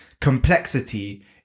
complexity